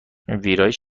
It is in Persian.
ویرایش